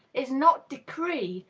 is not decree,